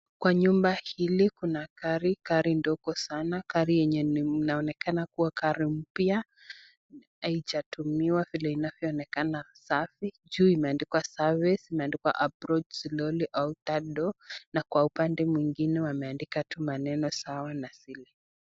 Kwa nyumba hili kuna gari. Gari ndogo sana, gari yenye inaonekana kuwa gari mpya. Haijatumiwa vile inavyoonekana safi. Juu imeandikwa service , imeandikwa approach slowly , open third door , na kwa upande mwingine wameandika tu maneno sawa na zile.